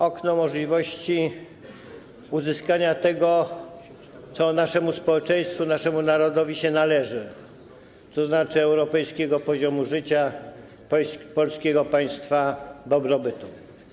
Okno możliwości uzyskania tego, co naszemu społeczeństwu, naszemu narodowi się należy, to znaczy europejskiego poziomu życia, polskiego państwa dobrobytu.